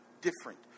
different